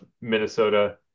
Minnesota